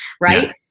right